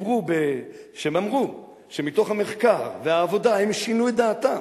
שאמרו שמתוך המחקר והעבודה הם שינו את דעתם: